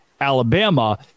Alabama